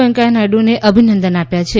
વૈકેંચા નાયડુને અભિનંદન આપ્યા છે